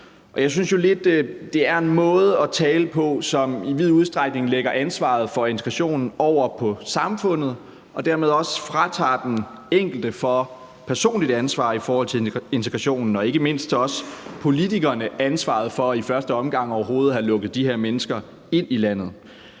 lidt, at det er en måde at tale på, som i vid udstrækning lægger ansvaret for integrationen over på samfundet og dermed også fratager den enkelte for personligt ansvar i forhold til integrationen; og ikke mindst fratager man politikerne ansvaret for i første omgang overhovedet at have lukket de her mennesker ind i landet.